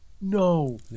no